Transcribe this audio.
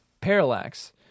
parallax